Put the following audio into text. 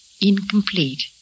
incomplete